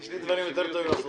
היא באה הנה לעשות